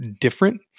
different